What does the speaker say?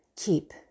Keep